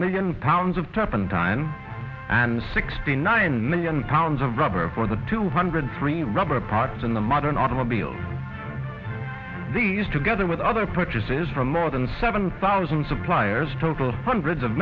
million pounds of turpentine and sixty nine million pounds of rubber for the two hundred three rubber parts in the modern automobile these together with other purchases from more than seven thousand suppliers total hundreds of